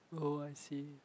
oh I see